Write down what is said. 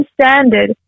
standard